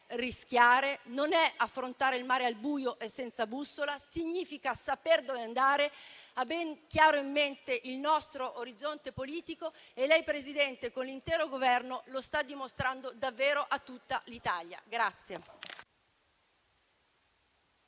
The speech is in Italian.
rischiare, non è affrontare il mare al buio e senza bussola: significa saper dove andare, aver chiaro in mente il nostro orizzonte politico e lei, Presidente del Consiglio, con l'intero Governo, lo sta dimostrando davvero a tutta l'Italia.